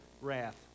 wrath